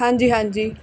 ਹਾਂਜੀ ਹਾਂਜੀ